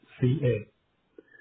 C-A